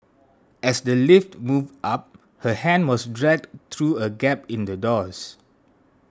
as the lift moved up her hand was dragged through a gap in the doors